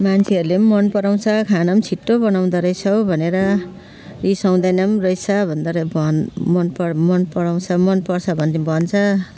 मान्छेहरूले मन पराउँछ खाना छिटो बनाउँदो रहेछौ भनेर रिसाउँदैन रहेछ भनेर भन मन पर मन पराउँछ मन पर्छ भनी भन्छ